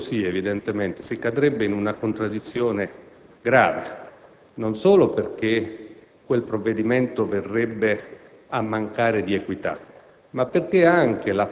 Se così fosse, si cadrebbe in una contraddizione grave: non solo perché quel provvedimento verrebbe a mancare di equità,